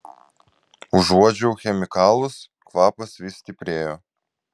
užuodžiau chemikalus kvapas vis stiprėjo